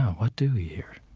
what do we hear?